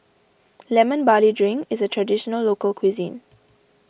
Lemon Barley Drink is a Traditional Local Cuisine